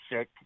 sick